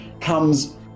comes